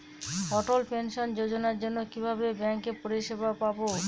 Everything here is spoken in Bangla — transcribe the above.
অটল পেনশন যোজনার জন্য কিভাবে ব্যাঙ্কে পরিষেবা পাবো?